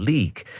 League